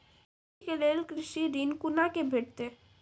खेती के लेल कृषि ऋण कुना के भेंटते?